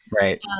right